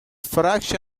fraction